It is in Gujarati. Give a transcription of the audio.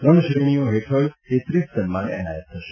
ત્રણ શ્રેણીઓ હેઠળ તેત્રીસ સન્માન એનાયત થશે